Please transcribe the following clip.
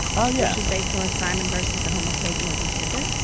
oh, yeah which was based on simon versus the homosapiens agenda,